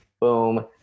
Boom